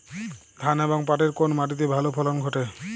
ধান এবং পাটের কোন মাটি তে ভালো ফলন ঘটে?